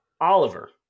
Oliver